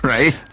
Right